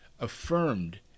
affirmed